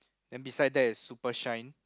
then beside that is super shine